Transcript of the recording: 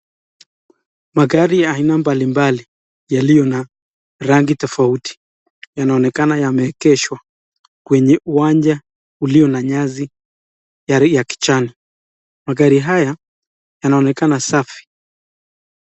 Magari ya aina mbali mbali yaliyo na rangi tofauti, yanaonekana yameegeshwa kwenye uwanja uliyo na nyasi ya kijani, magari haya yanaonekana safi.